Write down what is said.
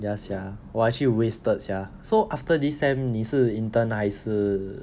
ya sia !wah! actually wasted sia so after this sem 你是 intern 还是